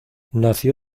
nació